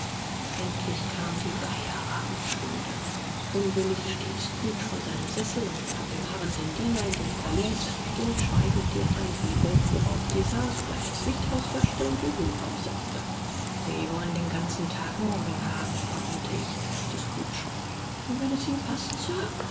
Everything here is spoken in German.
endlich kam die feierabendstunde unwillig stieg scrooge von seinem sessel und gab dem harrenden diener in dem verließ stillschweigend die einwilligung worauf dieser sogleich das licht auslöschte und den hut aufsetzte sie wollen den ganzen tag morgen haben vermute ich sagte scrooge wenn es ihnen paßt